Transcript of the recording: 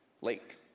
Lake